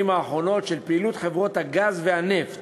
האחרונות של פעילות חברות הגז והנפט